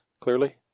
Clearly